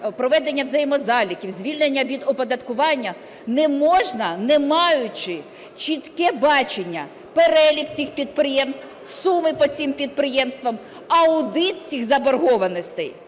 проведення взаємозаліків, звільнення від оподаткування не можна, не маючи чіткого бачення, перелік цих підприємств, суми по цим підприємствам, аудит цих заборгованостей.